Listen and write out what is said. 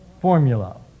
formula